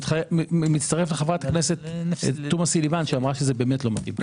אני מצטרף לחברת הכנסת תומא סלימאן שאמרה שזה באמת לא מתאים.